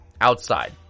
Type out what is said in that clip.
outside